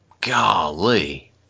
Golly